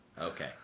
Okay